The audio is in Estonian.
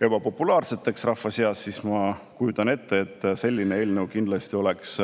ebapopulaarseteks rahva seas, siis ma kujutan ette, et selline eelnõu oleks